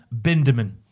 Binderman